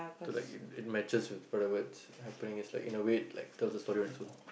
so like it it matches with whatever it's happening is like you know in a way tells a story on it's own